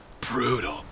brutal